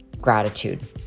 gratitude